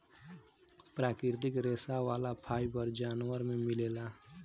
प्राकृतिक रेशा वाला फाइबर जानवर में मिलेला